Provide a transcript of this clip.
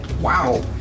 Wow